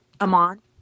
Amon